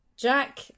Jack